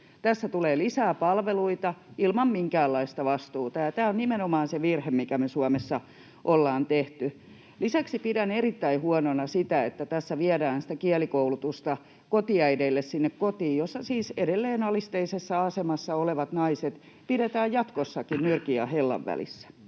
Tässä tulee lisää palveluita ilman minkäänlaista vastuuta, ja tämä on nimenomaan se virhe, mikä me Suomessa ollaan tehty. Lisäksi pidän erittäin huonona sitä, että tässä viedään kielikoulutusta kotiäideille sinne kotiin, jossa siis edelleen alisteisessa asemassa olevat naiset pidetään jatkossakin nyrkin ja hellan välissä.